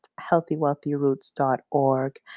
HealthyWealthyRoots.org